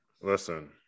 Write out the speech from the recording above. Listen